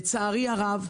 לצערי הרב,